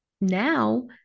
now